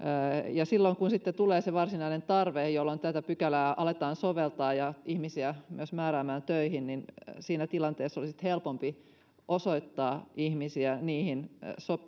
kun sitten tulee se varsinainen tarve jolloin tätä pykälää aletaan soveltaa ja ihmisiä myös määrätä töihin niin siinä tilanteessa olisi sitten helpompi osoittaa ihmisiä